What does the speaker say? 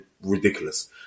ridiculous